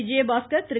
Vijayabaskar Thiru